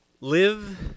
Live